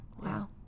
Wow